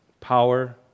power